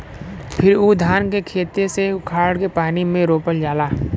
फिर उ धान के खेते से उखाड़ के पानी में रोपल जाला